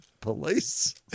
Police